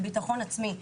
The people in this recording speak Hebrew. בביטחון עצמי,